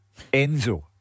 Enzo